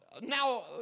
now